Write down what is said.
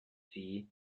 see